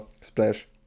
splash